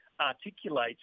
articulate